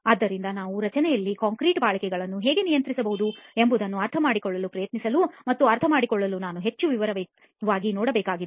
ಆದ್ದರಿಂದ ನಾವು ರಚನೆಯಲ್ಲಿ ಕಾಂಕ್ರೀಟ್ನ ಬಾಳಿಕೆಗಳನ್ನು ಹೇಗೆ ನಿಯಂತ್ರಿಸಬಹುದು ಎಂಬುದನ್ನು ಅರ್ಥಮಾಡಿಕೊಳ್ಳಲು ಪ್ರಯತ್ನಿಸಲು ಮತ್ತು ಅರ್ಥಮಾಡಿಕೊಳ್ಳಲು ನಾವು ಹೆಚ್ಚು ವಿವರವಾಗಿ ನೋಡಬೇಕಾಗಿದೆ